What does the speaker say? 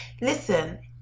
Listen